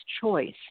choice